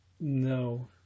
No